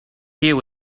here